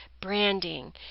branding